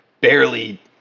barely